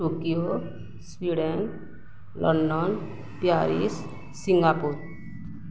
Tokyo Sweden London Paris Singapore